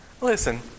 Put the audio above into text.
Listen